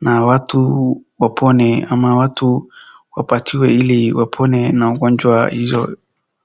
na watu wapone, ama watu wapatiwe ili wapone magonjwa hizo.